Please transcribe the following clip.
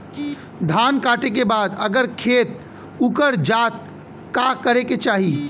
धान कांटेके बाद अगर खेत उकर जात का करे के चाही?